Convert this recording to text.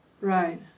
Right